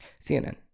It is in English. CNN